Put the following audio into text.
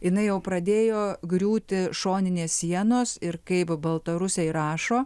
jinai jau pradėjo griūti šoninės sienos ir kaip baltarusiai rašo